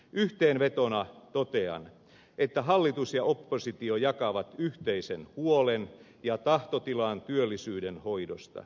yhteenvetona totean että hallitus ja oppositio jakavat yhteisen huolen ja tahtotilan työllisyyden hoidosta